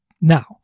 Now